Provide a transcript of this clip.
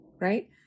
right